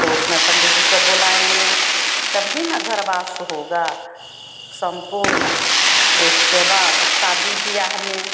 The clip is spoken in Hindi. तो उसमें पंडित जी को बुलाएंगे तभी ना घरवास होगा सम्पूर्ण इसके बाद शदी ब्याह में